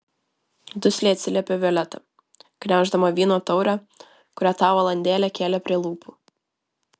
dusliai atsiliepė violeta gniauždama vyno taurę kurią tą valandėlę kėlė prie lūpų